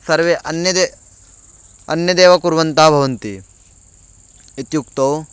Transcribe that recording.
सर्वे अन्यदेव अन्यदेव कुर्वन्तः भवन्ति इत्युक्तौ